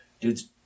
Dude's